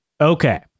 Okay